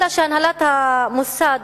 אלא שהנהלת המוסד